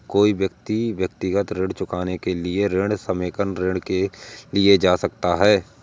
कोई व्यक्ति व्यक्तिगत ऋण चुकाने के लिए ऋण समेकन ऋण के लिए जा सकता है